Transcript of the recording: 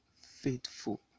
faithful